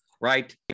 right